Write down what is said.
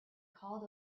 called